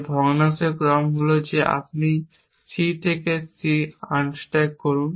যে ভগ্নাংশের ক্রম হল যে আপনি C থেকে C আনস্ট্যাক করেন